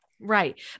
Right